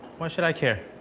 why should i care?